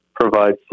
provides